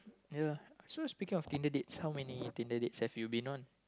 ya so speaking of Tinder dates how many Tinder dates have you been on